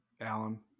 Alan